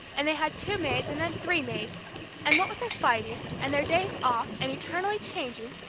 and they had two maids, and then three maids and what with their fighting, and their days off, and eternally changing,